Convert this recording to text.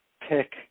pick